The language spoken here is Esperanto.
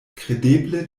kredeble